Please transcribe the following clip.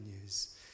news